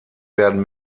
werden